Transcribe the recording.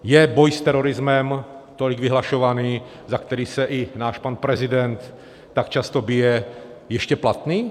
Je boj s terorismem, tolik vyhlašovaný, za který se i náš pan prezident tak často bije, ještě platný?